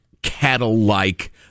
Cattle-like